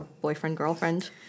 boyfriend-girlfriend